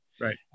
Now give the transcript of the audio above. Right